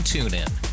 TuneIn